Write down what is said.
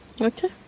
Okay